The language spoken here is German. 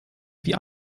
wie